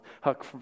Huck